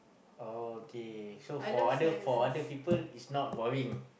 oh okay so for other for other people it's not boring